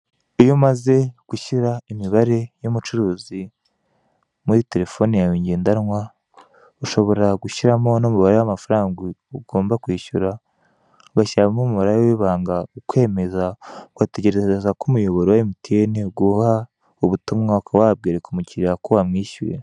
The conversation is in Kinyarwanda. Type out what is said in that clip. Iyo umaze gushyira imibare y'umucuruzi muri telefone yawe ngendanwa ushobora gushyiramo n'umubare w'amafaranga ugomba kwishyura, ugashyiramo umubare wawe w'ibanga ukemeza ugategereza ko umuyoboro wa MTN uguha ubutumwa ukaba wabwereka umukiriya ko wamwishyuye.